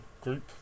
group